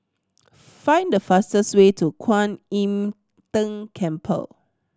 find the fastest way to Kwan Im Tng Temple